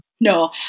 No